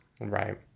Right